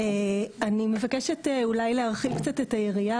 אני מבקשת אולי להרחיב קצת את היריעה